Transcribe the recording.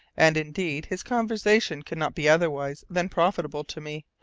and, indeed, his conversation could not be otherwise than profitable to me,